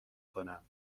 کنم